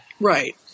Right